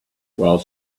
while